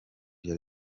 rya